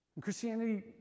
Christianity